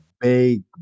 Big